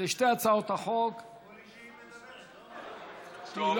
שתי הצעות החוק, אמרו לי שהיא מדברת, לא?